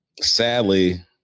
Sadly